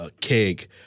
keg